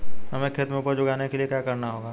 हमें खेत में उपज उगाने के लिये क्या करना होगा?